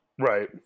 right